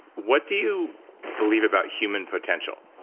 what do you believe about human potential?